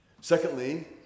Secondly